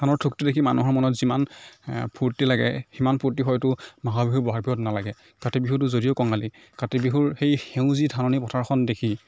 ধানৰ ঠোকটো দেখি মানুহৰ মনত যিমান ফুৰ্টি লাগে সিমান ফুৰ্টি হয়তো মাঘৰ বিহু বহাগ বিহুত নালাগে কাতি বিহুটো যদিও কঙালী কাতি বিহুৰ সেই সেউজী ধাননি পথাৰখন দেখি